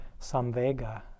samvega